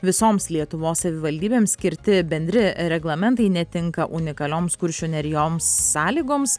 visoms lietuvos savivaldybėms skirti bendri reglamentai netinka unikalioms kuršių nerijoms sąlygoms